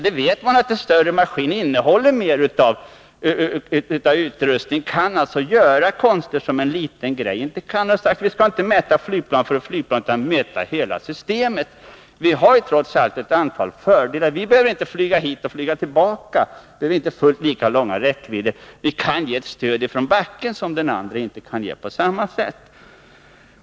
Man vet att en större maskin innehåller mer utrustning och kan göra konster som ett litet plan inte kan. Vi skall inte mäta flygplan mot flygplan utan mäta hela systemet. Vi har trots allt ett antal fördelar. Vi behöver inte så långa räckvidder som en angripare. Vi kan ge stöd från marken som den andra sidan inte kan ge på samma sätt.